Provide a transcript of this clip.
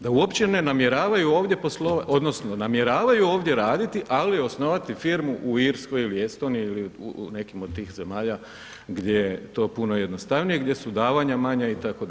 Da uopće ne namjeravaju ovdje poslovati, odnosno namjeravaju ovdje raditi, ali osnovati firmu u Irskoj ili Estoniji ili u nekim od tih zemalja gdje je to puno jednostavnije, gdje su davanja manja itd.